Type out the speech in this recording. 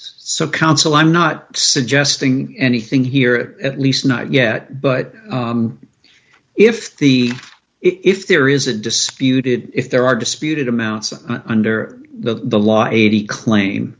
so counsel i'm not suggesting anything here at least not yet but if the if there is a disputed if there are disputed amounts of under the law eighty claim